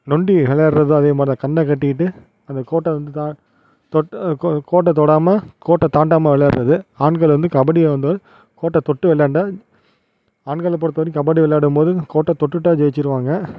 நொண்டி விளாடுறதும் அதேமாதிரி தான் கண்ணை கட்டிக்கிட்டு அதை கோட்டை வந்து தாட் தொட்டு கோ கோட்டை தொடாமல் கோட்டை தாண்டாமல் விளையாடுறது ஆண்கள் வந்து கபடியை வந்து கோட்டை தொட்டு விளாண்டா ஆண்களை பொறுத்த வரைக்கும் கபடி விளாடும்போது கோட்டை தொட்டுட்டால் ஜெயிச்சிடுவாங்க